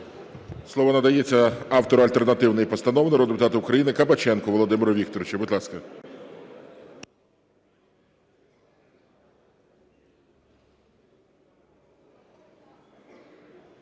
Слово надається автору альтернативної постанови народному депутату України Кабаченку Володимиру Вікторовичу. Будь ласка.